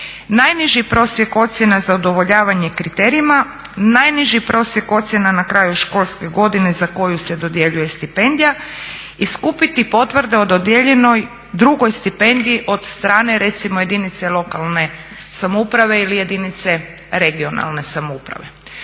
Najniži prosjek ocjena za udovoljavanje kriterijama, najniži prosjek ocjena na kraju školske godine za koju se dodjeljuje stipendija i skupiti potvrde o dodijeljenoj drugoj stipendiji od strane recimo jedinice lokalne samouprave ili jedinice regionalne samouprave.